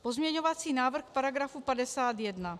Pozměňovací návrh k § 51.